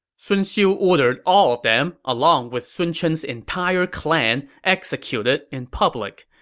sun xiu ordered all of them, along with sun chen's entire clan, executed in public.